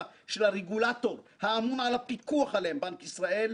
של הרגולטור האמון על הפיקוח עליהם בנק ישראל,